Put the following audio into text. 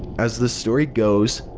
as the story goes,